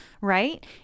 right